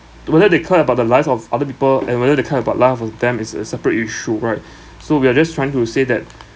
whether they care about the lives of other people and whether they care about life of them is a separate issue right so we are just trying to say that